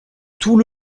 tout